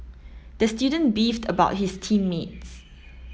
the student beefed about his team mates